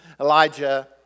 Elijah